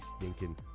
stinking